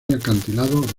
acantilados